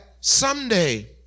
someday